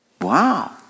Wow